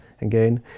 Again